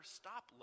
stop